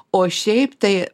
o šiaip tai